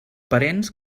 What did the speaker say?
parents